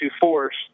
force